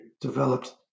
developed